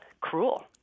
cruel